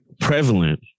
prevalent